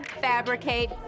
fabricate